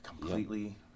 Completely